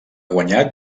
guanyat